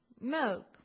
milk